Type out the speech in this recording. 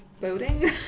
boating